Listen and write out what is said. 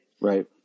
Right